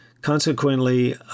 consequently